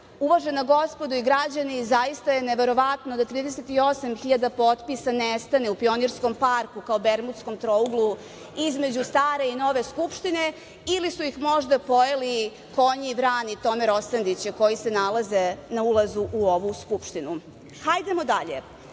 uvažena gospodo i građani, zaista je neverovatno da 38.000 potpisa nestane u Pionirskom parku, kao u Bermudskom trouglu između star i nove Skupštine, ili su ih možda pojeli konji vrani Tome Rosandića, koji se nalaze na ulazu u ovu skupštinu. Hajdemo dalje,